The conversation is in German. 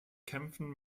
kämpfen